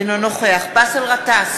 אינו נוכח באסל גטאס,